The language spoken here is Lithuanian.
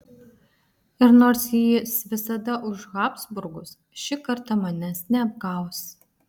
ir nors jis visada už habsburgus ši kartą manęs neapgaus